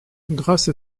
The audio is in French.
grâce